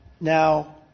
Now